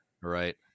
right